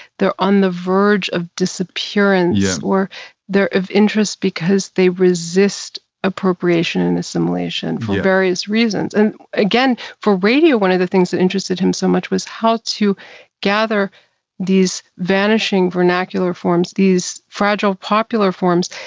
they're on the verge of disappearance. or they're of interest because they resist appropriation and assimilation, for various reasons. and, again for radio, one of the things that interested him so much was how to gather these vanishing, vernacular forms, these fragile, popular forms,